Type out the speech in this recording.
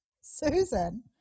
Susan